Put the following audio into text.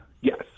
yes